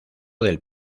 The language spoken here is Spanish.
del